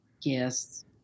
Yes